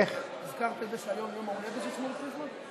הזכרת את זה שהיום יום ההולדת של שמוליק ריפמן?